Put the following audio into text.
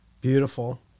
Beautiful